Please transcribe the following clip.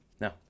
No